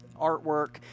artwork